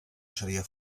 seria